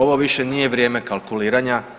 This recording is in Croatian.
Ovo više nije vrijeme kalkuliranja.